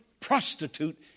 prostitute